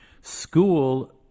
School